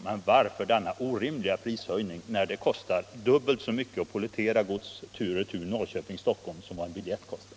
Men varför denna orimliga prishöjning, som gör att det kostar dubbelt så mycket att pollettera gods tur och retur Norrköping-Stockholm som vad färdbiljetten kostar?